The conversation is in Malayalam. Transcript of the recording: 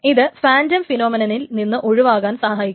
ഇത് ഫാൻറം ഫിനോമിനനിൽ നിന്ന് ഒഴിവാകാൻ സഹായിക്കും